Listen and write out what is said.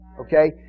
Okay